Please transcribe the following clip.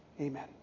Amen